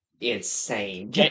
insane